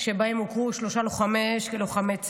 שבו הוכרו שלושה לוחמי אש כלוחמי צה"ל.